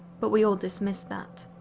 but we all dismissed that,